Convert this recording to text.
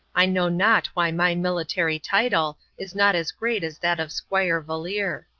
i know not why my military title is not as great as that of squire valeer.